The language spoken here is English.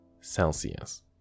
Celsius